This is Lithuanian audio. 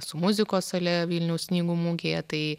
su muzikos sale vilniaus knygų mugėje tai